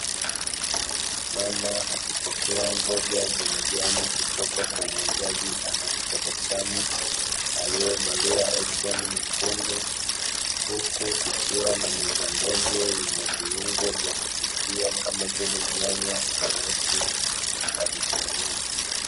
Mama akipokea mboga za majani kutoka kwa muuzaji anayetabasamu aliyevalia eproni nyekundu, huku kukiwa na meza ndogo yenye viungo vya kupikia kama vile; nyanya, karoti na vitunguu.